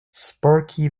sparky